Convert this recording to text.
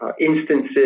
instances